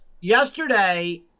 yesterday